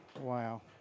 Wow